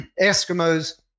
eskimos